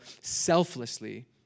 selflessly